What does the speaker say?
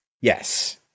Yes